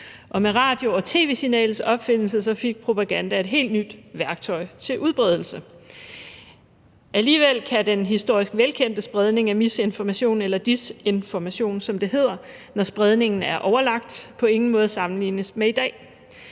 med radio- og tv-signalets opfindelse fik propagandaen et helt nyt værktøj til udbredelse. Alligevel kan den historisk velkendte spredning af misinformation – eller desinformation, som det hedder, når spredningen er overlagt – på ingen måde sammenlignes med i dag.